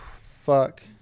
Fuck